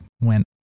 went